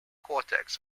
cortex